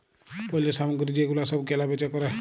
পল্য সামগ্রী যে গুলা সব কেলা বেচা ক্যরে